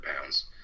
pounds